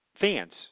fans